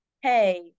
hey